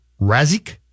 Razik